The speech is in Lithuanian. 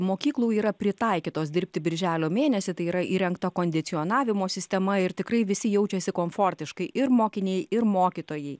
mokyklų yra pritaikytos dirbti birželio mėnesį tai yra įrengta kondicionavimo sistema ir tikrai visi jaučiasi komfortiškai ir mokiniai ir mokytojai